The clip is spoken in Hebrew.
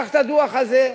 קח את הדוח הזה,